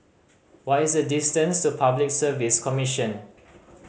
what is the distance to Public Service Commission